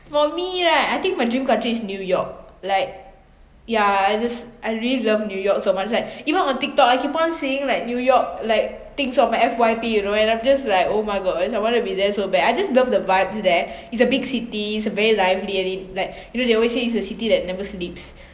for me right I think my dream country is new york like yeah I just I really love new york so much like even on Tiktok I keep on seeing like new york like things on my F_Y_P you know and I'm just like oh my god I wanna be there so bad I just love the vibes there it's a big city it's a very lively ar~ it like you know they always say it's the city that never sleeps